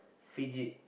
fidget